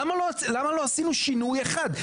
למה לא עשינו שינוי אחד?